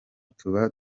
tuba